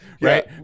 right